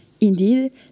Indeed